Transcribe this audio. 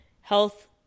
Health